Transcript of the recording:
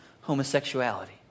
homosexuality